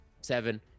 seven